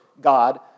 God